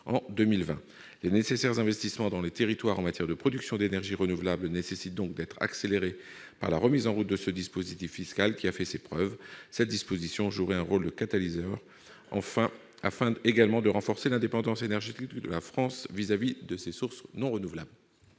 en 2020. Les nécessaires investissements sur les territoires en matière de production d'énergies renouvelables doivent donc être accélérés par la remise en route de ce dispositif fiscal, qui a fait ses preuves. Cette disposition jouerait également un rôle de catalyseur pour renforcer l'indépendance énergétique de la France à l'égard des sources d'énergie non renouvelables.